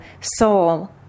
soul